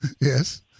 Yes